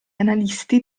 analisti